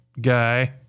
guy